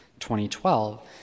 2012